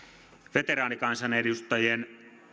veteraanikansanedustajien